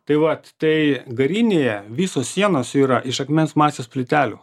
tai vat tai garinėje visos sienos yra iš akmens masės plytelių